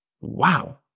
wow